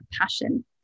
passion